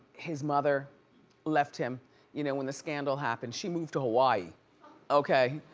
his mother left him you know when the scandal happened. she moved to hawaii okay.